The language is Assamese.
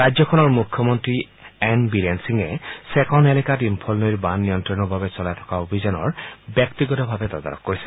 ৰাজ্যখনৰ মুখ্যমন্ত্ৰী এন বীৰেন সিঙে চেকন এলেকাত ইম্ফল নৈৰ বান নিয়ন্ত্ৰণৰ বাবে চলাই থকা অভিযানৰ ব্যক্তিগতভাৱে তদাৰক কৰিছে